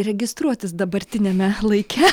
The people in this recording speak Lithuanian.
registruotis dabartiniame laike